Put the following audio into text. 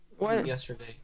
yesterday